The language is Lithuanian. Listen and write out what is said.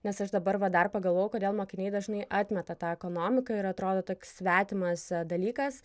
nes aš dabar va dar pagalvojau kodėl mokiniai dažnai atmeta tą ekonomiką ir atrodo toks svetimas dalykas